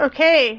Okay